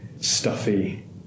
stuffy